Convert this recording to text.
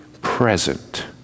present